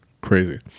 Crazy